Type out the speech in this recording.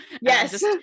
Yes